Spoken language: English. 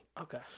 Okay